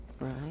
right